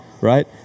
right